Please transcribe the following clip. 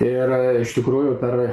ir iš tikrųjų per